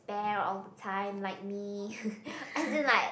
~pair all the time like me as in like